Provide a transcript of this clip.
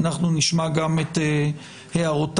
אנחנו נשמע גם את הערותיו.